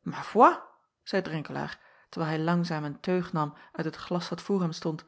ma foi zeî drenkelaer terwijl hij langzaam een teug nam uit het glas dat voor hem stond